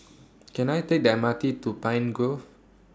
Can I Take The M R T to Pine Grove